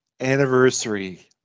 anniversary